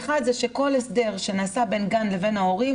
האחת היא שכל הסדר שנעשה בין גן לבין ההורים,